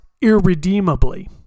irredeemably